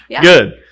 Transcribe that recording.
Good